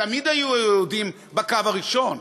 תמיד היו היהודים בקו הראשון.